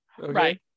Right